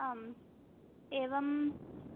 आम् एवम्